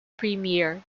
premiere